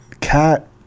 cat